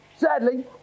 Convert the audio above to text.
Sadly